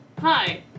Hi